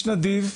נדיב,